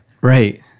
Right